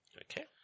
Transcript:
okay